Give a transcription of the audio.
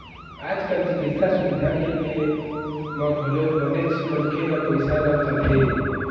आज कल चिकित्सा सुबिधा के ले म घलोक बनेच मनखे ल पइसा लग जाथे